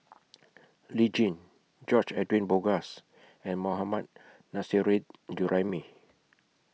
Lee Tjin George Edwin Bogaars and Mohammad Nurrasyid Juraimi